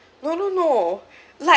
no no no like